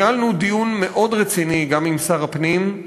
ניהלנו דיון מאוד רציני גם עם שר הפנים.